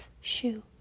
shoe